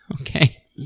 Okay